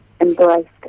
embraced